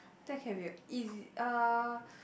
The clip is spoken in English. that can be a uh